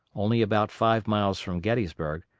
only about five miles from gettysburg,